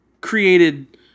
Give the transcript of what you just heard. created